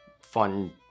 fun